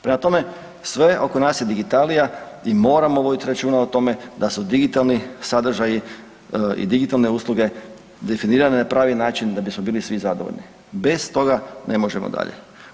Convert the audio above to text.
Prema tome, sve oko nas je digitalija i moramo voditi računa o tome da su digitalni sadržaji i digitalne usluge definirane na pravi način da bismo bili svi zadovoljni, bez toga ne možemo dalje.